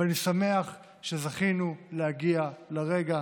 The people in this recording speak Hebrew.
ואני שמח שזכינו להגיע לרגע.